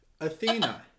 Athena